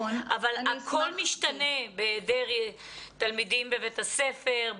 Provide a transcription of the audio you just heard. אבל הכול משתנה בהיעדר תלמידים בבית הספר,